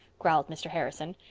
growled mr. harrison.